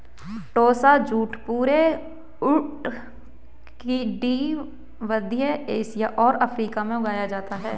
टोसा jute पूरे उष्णकटिबंधीय Asia और अफ्रीका में उगाया जाता है